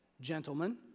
gentlemen